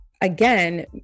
again